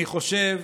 אני חושב,